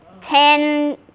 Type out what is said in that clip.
ten